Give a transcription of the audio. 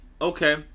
Okay